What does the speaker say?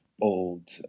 old